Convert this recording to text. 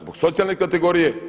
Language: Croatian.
Zbog socijalne kategorije?